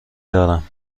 دارم